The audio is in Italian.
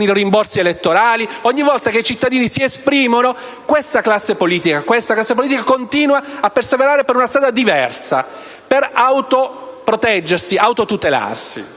i rimborsi elettorali. Ogni volta che i cittadini si esprimono, questa classe politica continua a perseverare in una strada diversa per autoproteggersi, per autotutelarsi.